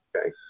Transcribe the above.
okay